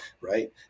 right